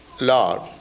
Lord